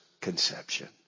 conception